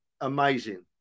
Amazing